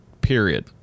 period